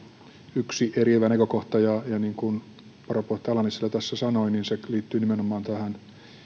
yksi eriävä näkökohta ja niin kuin varapuheenjohtaja ala nissilä tässä sanoi se liittyy nimenomaan tähän